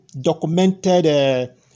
documented